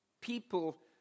people